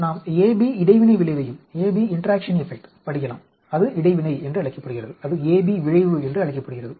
நாம் ab இடைவினை விளைவையும் படிக்கலாம் அது இடைவினை என்று அழைக்கப்படுகிறது அது ab விளைவு என்று அழைக்கப்படுகிறது